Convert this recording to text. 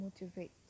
motivate